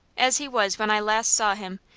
as he was when i last saw him,